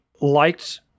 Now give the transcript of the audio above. liked